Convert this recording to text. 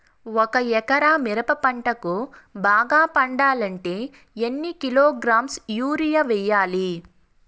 ఒక ఎకరా మిరప పంటకు బాగా పండాలంటే ఎన్ని కిలోగ్రామ్స్ యూరియ వెయ్యాలి?